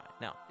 Now